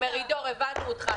מרידור, הבנו אותך.